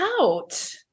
out